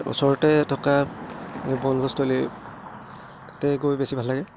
ওচৰতে থকা বনভোজস্থলী তাতে গৈ বেছি ভাল লাগে